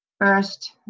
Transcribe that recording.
first